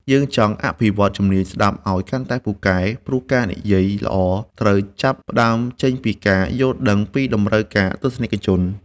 យើងចង់អភិវឌ្ឍជំនាញស្ដាប់ឱ្យកាន់តែពូកែ ព្រោះការនិយាយល្អត្រូវចាប់ផ្ដើមចេញពីការយល់ដឹងពីតម្រូវការរបស់ទស្សនិកជន។